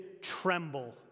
tremble